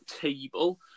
table